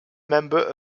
member